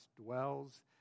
dwells